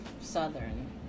southern